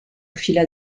fila